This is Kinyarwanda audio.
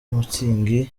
mutzig